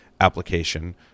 application